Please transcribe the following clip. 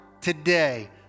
today